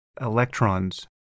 electrons